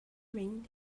rings